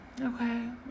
Okay